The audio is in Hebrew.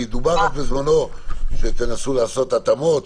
כי דובר בזמנו שתנסו לעשות התאמות,